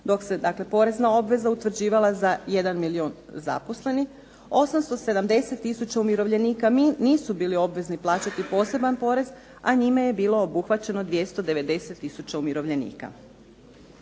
dakle, porezna obveza utvrđivala za 1 milijun zaposlenih 870 tisuća umirovljenika nisu bili obvezni plaćati poseban porez, a njime je bilo obuhvaćeno 290 tisuća umirovljenika.